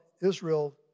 Israel